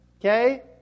Okay